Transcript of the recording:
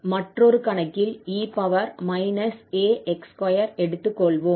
மற்றொரு கணக்கில் e ax2 எடுத்துக் கொள்வோம்